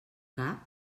cap